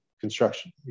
construction